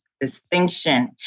Distinction